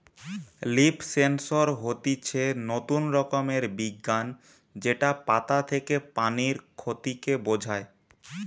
leaf sensor হতিছে নতুন রকমের বিজ্ঞান যেটা পাতা থেকে পানির ক্ষতি কে বোঝায়